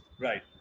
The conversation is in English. Right